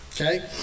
Okay